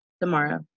Tomorrow